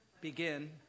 begin